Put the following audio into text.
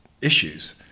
issues